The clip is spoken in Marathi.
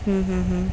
हं हं हं